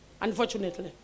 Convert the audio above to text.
Unfortunately